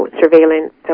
surveillance